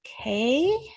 okay